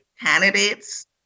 candidates